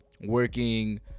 working